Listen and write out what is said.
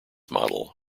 model